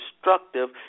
destructive